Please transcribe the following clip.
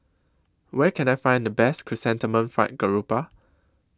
Where Can I Find The Best Chrysanthemum Fried Garoupa